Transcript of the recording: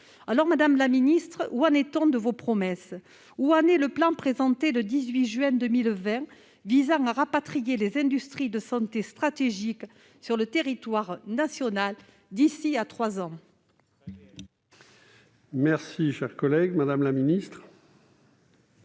d'euros. Madame la ministre, qu'en est-il de vos promesses ? Où en est le plan présenté le 18 juin 2020, visant à rapatrier les industries de santé stratégiques sur le territoire national dans les trois ans ?